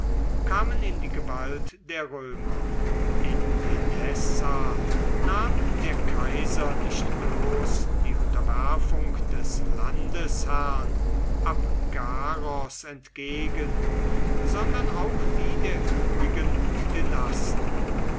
kamen in die gewalt der römer in edessa nahm der kaiser nicht bloß die unterwerfung des landesherrn abgaros entgegen sondern auch die der übrigen